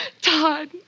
Todd